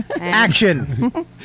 Action